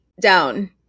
down